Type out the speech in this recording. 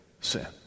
sin